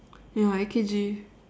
ya A_K_G